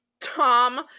Tom